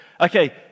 Okay